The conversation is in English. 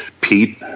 Pete